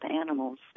animals